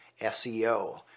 SEO